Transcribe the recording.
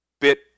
bit